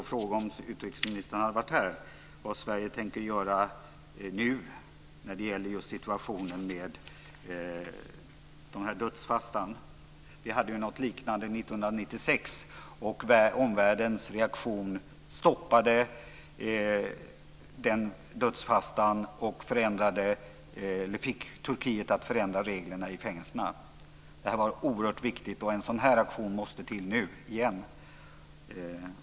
Om utrikesministern hade varit här hade jag velat fråga vad Sverige nu tänker göra i den här situationen med dödsfastan. Vi hade ju en liknande situation 1996, och omvärldens reaktion stoppade den dödsfastan och fick Turkiet att förändra reglerna i fängelserna. Det var oerhört viktigt, och en sådan aktion måste till nu igen.